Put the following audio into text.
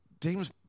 James